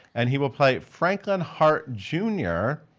and he will play franklin hart jr.